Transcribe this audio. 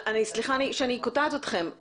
סליחה שאני קוטעת אתכם,